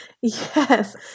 Yes